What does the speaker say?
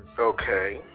Okay